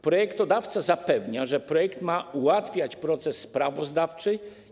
Projektodawca zapewnia, że projekt ma ułatwiać proces sprawozdawczy.